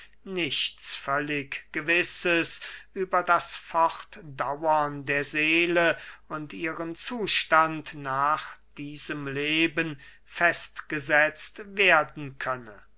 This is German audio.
nichts völlig gewisses über das fortdauern der seele und ihren zustand nach diesem leben festgesetzt werden könne